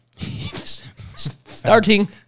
Starting